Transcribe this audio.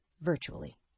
virtually